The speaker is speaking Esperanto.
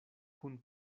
kun